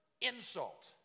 insult